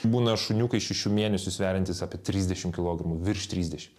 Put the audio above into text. būna šuniukai šešių mėnesių sveriantys apie trisdešimt kilogramų virš trisdešimt